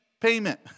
payment